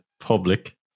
public